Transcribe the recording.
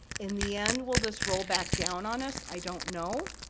in the end, will this roll back down on us? i don't know.